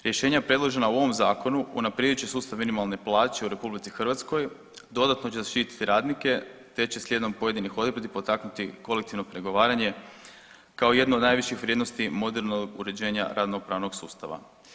Rješenja predložena u ovom Zakonu unaprijedit će sustav minimalne plaće u RH, dodatno će zaštiti radnike te će slijedom pojedinih odredbi potaknuti kolektivno pregovaranje kao jedno od najviših vrijednosti modernog uređenja radno-pravnog sustava.